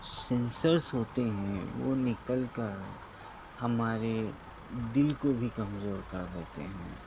sensors ہوتے ہیں وہ نکل کر ہمارے دل کو بھی کمزور کر دیتے ہیں